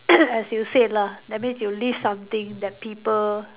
as you said lah that means you leave something that people